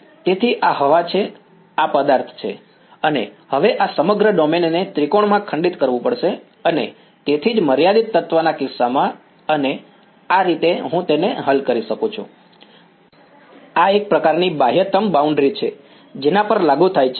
તેથી આ હવા છે આ પદાર્થ છે અને હવે આ સમગ્ર ડોમેન ને ત્રિકોણમાં ખંડિત કરવું પડશે અને તેથી જ મર્યાદિત તત્વના કિસ્સામાં અને આ રીતે હું તેને હલ કરું છું આ એક પ્રકારની બાહ્યતમ બાઉન્ડ્રી છે જેના પર લાગુ થાય છે